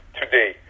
today